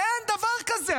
אין דבר כזה.